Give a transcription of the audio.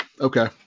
okay